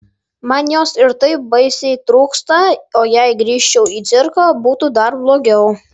man jos ir taip baisiai trūksta o jei grįžčiau į cirką būtų dar blogiau